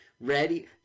ready